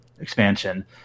expansion